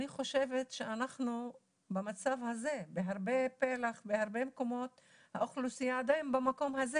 אני חושבת שאנחנו במצב הזה בהרבה מקומות האוכלוסייה עדיין במקום הזה.